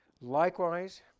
Likewise